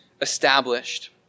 established